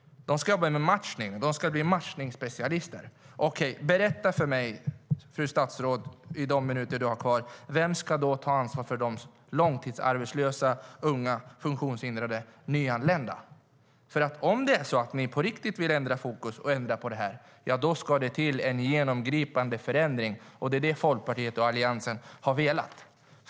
De ska jobba med matchning och ska bli matchningsspecialister. Okej. Berätta då för mig, fru statsråd, på de minuter du har kvar: Vem ska ta ansvar för de långtidsarbetslösa, unga, funktionshindrade och nyanlända? Om det är så att ni på riktigt vill ändra fokus och ändra på det här, ja, då ska det till en genomgripande förändring. Det är det Folkpartiet och Alliansen har velat.